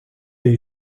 est